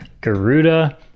Garuda